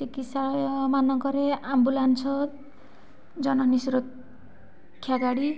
ଚିକିତ୍ସାଳୟମାନଙ୍କରେ ambulance Janani Suraksha ଗାଡ଼ି